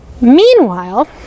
Meanwhile